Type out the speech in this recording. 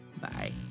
Bye